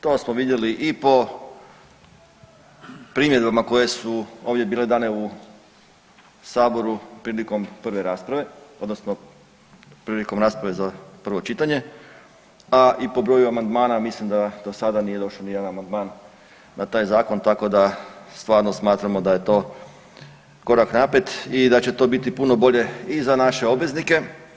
To smo vidjeli i po primjedbama koje se ovdje bile dane u Saboru prilikom prve rasprave odnosno prilikom rasprave za prvo čitanje, a i po broju amandmana, mislim da do sada nije došao nijedan amandman na taj zakon, tako da stvarno smatramo da je to korak naprijed i da će to biti puno bolje i za naše obveznike.